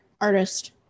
artist